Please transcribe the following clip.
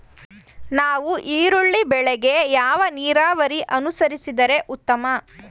ನಾವು ಈರುಳ್ಳಿ ಬೆಳೆಗೆ ಯಾವ ನೀರಾವರಿ ಅನುಸರಿಸಿದರೆ ಉತ್ತಮ?